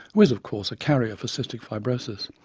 who is of course a carrier for cystic fibrosis,